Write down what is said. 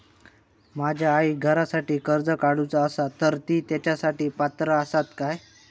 माझ्या आईक घरासाठी कर्ज काढूचा असा तर ती तेच्यासाठी पात्र असात काय?